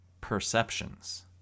perceptions